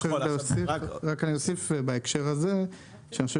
אני רק אוסיף בהקשר הזה שאני חושב